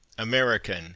American